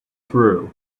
through